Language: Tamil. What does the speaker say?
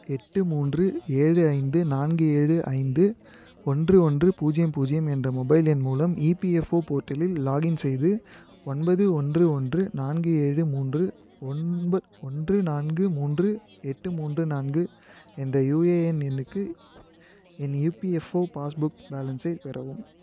எட்டு மூன்று ஏழு ஐந்து நான்கு ஏழு ஐந்து ஒன்று ஒன்று பூஜ்ஜியம் பூஜ்ஜியம் என்ற மொபைல் எண் மூலம் இபிஎஃப்ஓ போர்டலில் லாக்இன் செய்து ஒன்பது ஒன்று ஒன்று நான்கு ஏழு மூன்று ஒன்ப ஒன்று நான்கு மூன்று எட்டு மூன்று நான்கு என்ற யுஏஎன் எண்ணுக்கு என் இபிஎஃப்ஓ பாஸ் புக் பேலன்ஸை பெறவும்